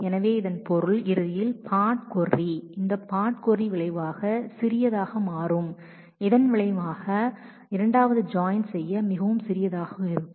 எனவே இதன் பொருள் இறுதியில் கொரி இந்த பார்ட் சிறியதாக மாறும் இதன் விளைவாக இரண்டாவது ஜாயின் செய்ய மிகவும் சிறியதாக இருக்கும்